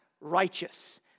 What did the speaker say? righteous